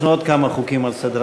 יש לנו עוד כמה חוקים על סדר-היום,